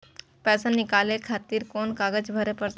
पैसा नीकाले खातिर कोन कागज भरे परतें?